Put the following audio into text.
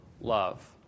love